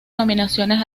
nominaciones